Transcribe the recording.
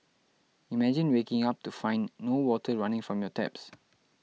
imagine waking up to find no water running from your taps